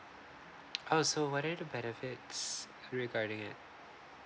uh so what are the benefits regarding it